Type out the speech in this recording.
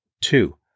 Two